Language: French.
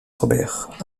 robert